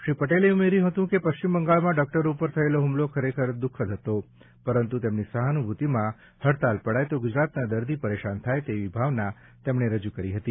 શ્રી પટેલે ઉમેર્યું હતું કે પશ્ચિમ બંગાળમાં ડોકટરો ઉપર થયેલો હુમલો ખરેખર દુઃખદ હતો પરંતુ તેની સહાનુભૂતિમાં હડતાળ પડાય તો ગુજરાતના દર્દી પરેશાન થાય તેવી ભાવના તેમણે રજૂ કરી હતી